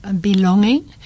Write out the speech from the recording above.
belonging